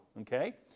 Okay